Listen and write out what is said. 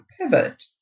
pivot